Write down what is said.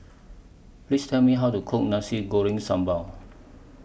Please Tell Me How to Cook Nasi Goreng Sambal